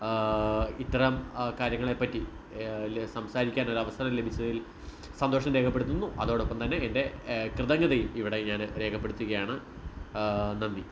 ഇത്തരം കാര്യങ്ങളെപ്പറ്റി ല് സംസാരിക്കാൻ ഒരു അവസരം ലഭിച്ചതിൽ സന്തോഷം രേഖപ്പെടുത്തുന്നു അതോടൊപ്പം തന്നെ എൻ്റെ കൃതജ്ഞതയും ഇവിടെ ഞാൻ രേഖപ്പെടുത്തുകയാണ് നന്ദി